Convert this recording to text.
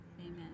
Amen